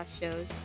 shows